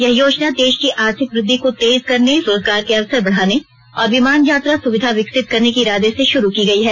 यह योजना देश की आर्थिक वृद्धि को तेज करने रोजगार के अवसर बढ़ाने और विमान यात्रा सुविधा विकसित करने के इरादे से शुरू की गई है